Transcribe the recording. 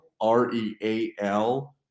R-E-A-L